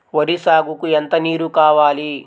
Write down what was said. వరి సాగుకు ఎంత నీరు కావాలి?